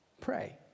Pray